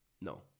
No